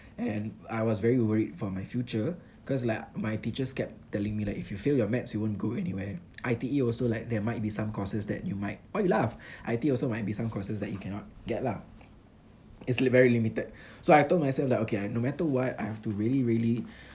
and I was very worried for my future cause like my teachers kept telling me like if you fail your maths you won't go anywhere I_T_E also like there might be some courses that you might why you laugh I_T_E also might be some courses that you cannot get lah it's li~ very limited so I told myself that okay I no matter what I have to really really